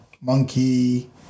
monkey